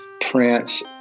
prints